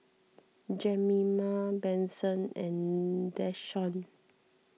Jemima Benson and Dashawn